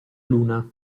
luna